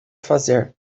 fazer